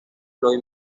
los